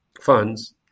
funds